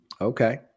Okay